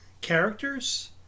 characters